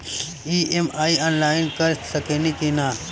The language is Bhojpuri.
ई.एम.आई आनलाइन कर सकेनी की ना?